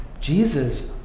Jesus